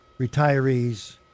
retirees